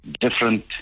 different